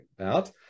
out